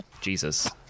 jesus